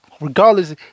Regardless